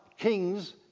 kings